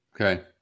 Okay